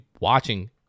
watching